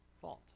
fault